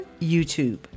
YouTube